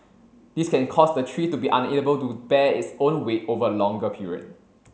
these can cause the tree to be unable to bear its own weight over a longer period